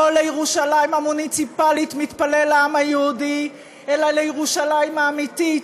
לא לירושלים המוניציפלית מתפלל העם היהודי אלא לירושלים האמיתית.